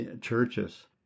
churches